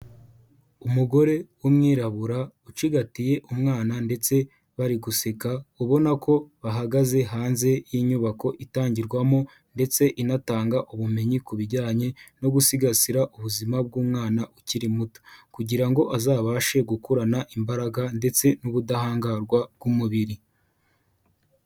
Umugore w'umwirabura ucigatiye umwana ndetse bari guseka, ubona ko bahagaze hanze y'inyubako itangirwamo ndetse inatanga ubumenyi ku bijyanye no gusigasira ubuzima bw'umwana ukiri muto, kugira ngo azabashe gukurana imbaraga ndetse n'ubudahangarwa bw'umubiri.